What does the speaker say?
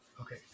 Okay